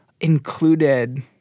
included